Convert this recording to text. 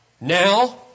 Now